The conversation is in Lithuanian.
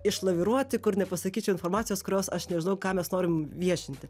išlaviruoti kur nepasakyčiau informacijos kurios aš nežinau ką mes norim viešinti